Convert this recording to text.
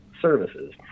services